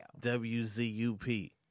WZUP